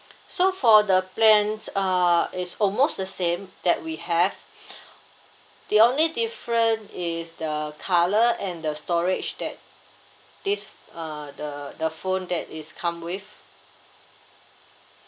so for the plans uh it's almost the same that we have the only difference is the colour and the storage that this uh the the phone that is come with